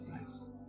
Nice